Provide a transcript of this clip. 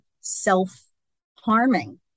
self-harming